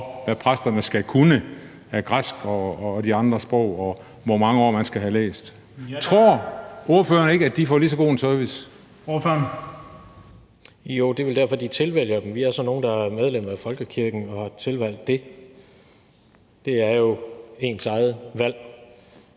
hvad præsterne skal kunne af græsk og de andre sprog, og hvor mange år man skal have læst. Tror ordføreren ikke, at de får lige så god en service? Kl. 15:07 Den fg. formand (Bent Bøgsted): Ordføreren. Kl. 15:07 Jens Rohde (KD): Jo, det er vel derfor, de tilvælger dem. Vi er så nogle, der er medlem af folkekirken og har tilvalgt det. Det er jo ens eget valg.